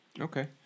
Okay